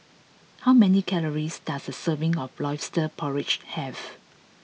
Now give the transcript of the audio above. how many calories does a serving of lobster porridge have